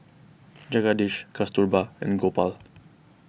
Jagadish Kasturba and Gopal